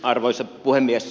arvoisa puhemies